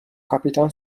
کاپیتان